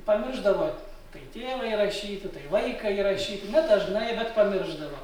pamiršdavo tai tėvą įrašyti tai vaiką įrašyti ne dažnai bet pamiršdavo